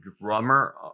drummer